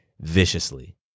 viciously